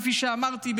כפי שאמרתי,